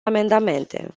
amendamente